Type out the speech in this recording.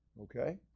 Okay